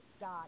God